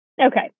Okay